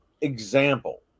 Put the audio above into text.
example